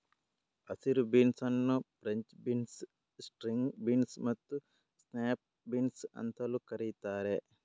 ಹಸಿರು ಬೀನ್ಸ್ ಅನ್ನು French beans, string beans ಮತ್ತು ಸ್ನ್ಯಾಪ್ ಬೀನ್ಸ್ ಅಂತಲೂ ಕರೀತಾರೆ